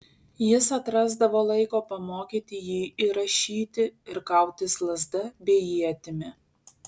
jis atrasdavo laiko pamokyti jį ir rašyti ir kautis lazda bei ietimi